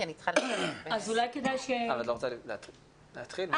כי לא כל החולים אותו דבר.